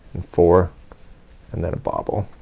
four and then a bobble.